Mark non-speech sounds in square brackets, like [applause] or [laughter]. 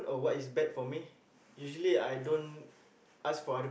[breath]